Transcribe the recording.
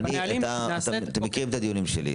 הנהלים --- אתם מכירים את הדיונים שלי.